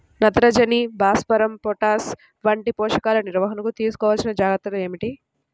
నత్రజని, భాస్వరం, పొటాష్ వంటి పోషకాల నిర్వహణకు తీసుకోవలసిన జాగ్రత్తలు ఏమిటీ?